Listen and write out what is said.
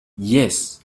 yes